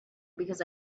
because